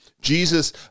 Jesus